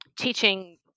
teaching